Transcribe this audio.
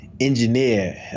engineer